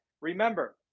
remember